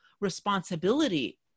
responsibility